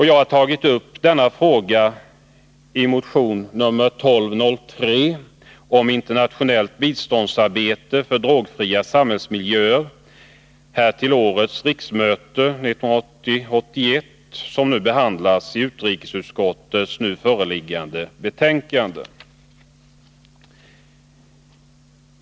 Jag har tagit upp denna fråga i motion 1203 till årets riksmöte om internationellt biståndsarbete för drogfria samhällsmiljöer, som behandlas i utrikesutskottets nu föreliggande betänkande.